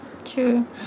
true